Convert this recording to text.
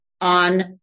on